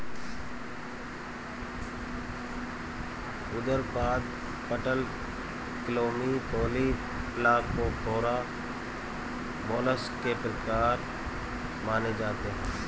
उदरपाद, पटलक्लोमी, Polyplacophora, mollusc के प्रकार माने जाते है